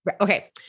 okay